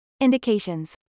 Indications